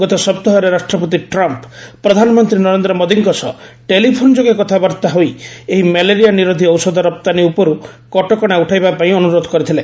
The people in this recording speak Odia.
ଗତ ସପ୍ତାହରେ ରାଷ୍ଟ୍ରପତି ଟ୍ରମ୍ପ୍ ପ୍ରଧାନମନ୍ତ୍ରୀ ନରେନ୍ଦ୍ର ମୋଦିଙ୍କ ସହ ଟେଲିଫୋନ ଯୋଗେ କଥାବାର୍ତ୍ତା ହୋଇ ଏହି ମ୍ୟାଲେରିଆ ନିରୋଧୀ ଔଷଧ ରପ୍ତାନୀ ଉପରୁ କଟକଶା ଉଠାଇବା ପାଇଁ ଅନୁରୋଧ କରିଥିଲେ